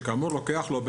שלוקח לו,